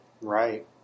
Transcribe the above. Right